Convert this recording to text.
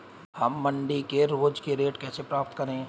हम मंडी के रोज के रेट कैसे पता करें?